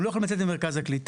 הם לא יכולים לצאת ממרכז הקליטה.